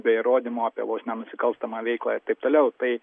be įrodymo apie vos ne nusikalstamą veiklą ir taip toliau tai